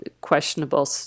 questionable